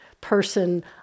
person